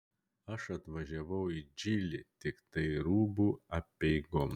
aš atvažiavau į džilį tiktai rūbų apeigoms